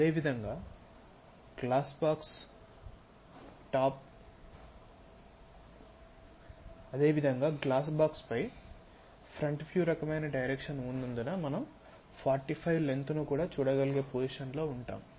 అదేవిధంగా glass box పై front view రకమైన డైరెక్షన్ ఉన్నందున మనం 45 లెన్త్ ను కూడా చూడగలిగే పొజిషన్ లో ఉంటాము